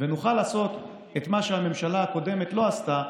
ונוכל לעשות את מה שהממשלה הקודמת לא עשתה,